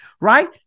right